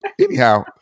Anyhow